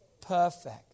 perfect